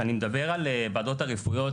כשאני מדבר על הוועדות הרפואיות,